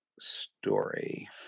story